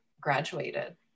graduated